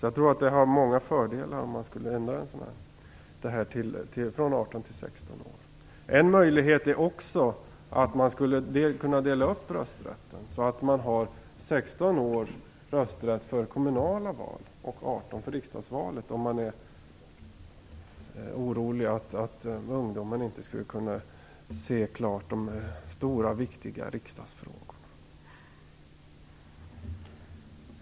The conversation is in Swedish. Jag tror att det har många fördelar att ändra rösträttsåldern från 18 år till 16 år. En möjlighet är också att dela upp rösträtten, så att man har åldern 16 år för kommunala val och 18 år för riksdagsvalet, om man är orolig för att ungdomen inte skulle kunna se de stora och viktiga riksdagsfrågorna klart.